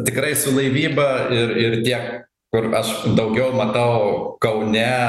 tikrai su laivyba ir ir tie kur aš daugiau matau kaune